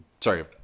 sorry